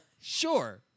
Sure